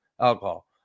alcohol